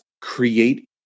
create